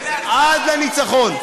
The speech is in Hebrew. עד לניצחון.